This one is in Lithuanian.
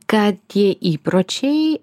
kad tie įpročiai